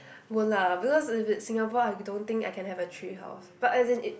won't lah because if it's Singapore I don't think I can have a treehouse but as in it